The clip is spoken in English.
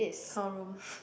her room